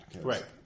Right